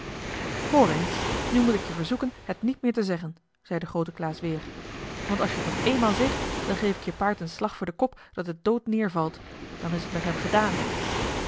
hoor eens nu moet ik je verzoeken het niet meer te zeggen zei de groote klaas weer want als je het nog eenmaal zegt dan geef ik je paard een slag voor den kop dat het dood neervalt dan is het met hem gedaan